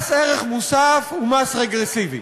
מס ערך מוסף הוא מס רגרסיבי,